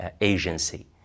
agency